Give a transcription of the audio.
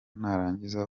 narangiza